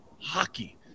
hockey